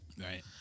Right